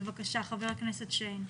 בבקשה, חבר הכנסת שיין.